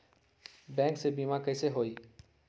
Bank से बिमा कईसे होई?